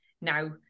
now